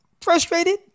frustrated